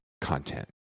content